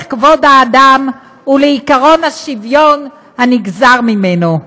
כבוד האדם ולעקרון השוויון הנגזר ממנו.